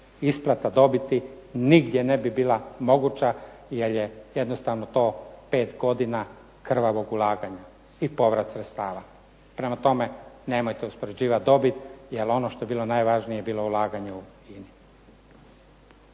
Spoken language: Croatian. isplata dobiti nigdje ne bi bila moguća jer je jednostavno to 5 godina krvavog ulaganja i povrat sredstava. Prema tome, nemojte uspoređivati dobit jer ono što je bilo najvažnije je bilo ulaganje u INA-i.